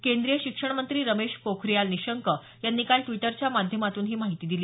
केंद्रीय शिक्षणमंत्री रमेश पोखरियाल निशंक यांनी काल ड्विटरच्या माध्यमातून ही माहिती दिली